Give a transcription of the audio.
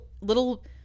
little